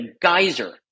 geyser